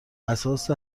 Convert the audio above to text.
اساس